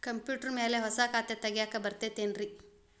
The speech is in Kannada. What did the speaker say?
ಕಂಪ್ಯೂಟರ್ ಮ್ಯಾಲೆ ಹೊಸಾ ಖಾತೆ ತಗ್ಯಾಕ್ ಬರತೈತಿ ಏನ್ರಿ?